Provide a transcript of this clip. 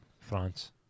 France